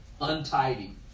untidy